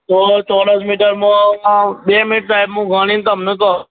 તો ચોરસ મીટરમાં બે મિનીટ સાહેબ હું ગણીને તમને કહું